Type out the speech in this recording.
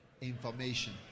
information